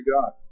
God